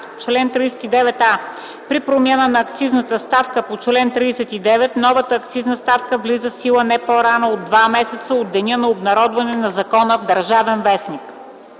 „Чл. 39а. При промяна на акцизната ставка по чл. 39 новата акцизна ставка влиза в сила не по-рано от два месеца от деня на обнародването на закона в „Държавен вестник”.”